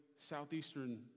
Southeastern